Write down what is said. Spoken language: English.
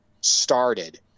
started